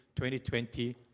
2020